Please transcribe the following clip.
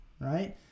right